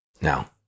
now